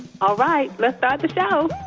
all right, let's start the show